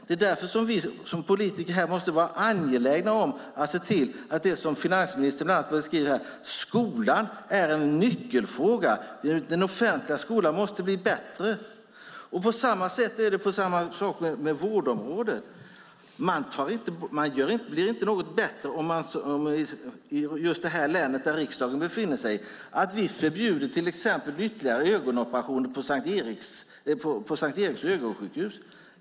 Skolan är en nyckelfråga, och därför måste vi politiker, som finansministern säger, se till att den offentliga skolan blir bättre. På samma sätt är det med vårdområdet. Det blir inte bättre i det län där riksdagen befinner sig om vi till exempel förbjuder ytterligare ögonoperationer på S:t Eriks Ögonsjukhus.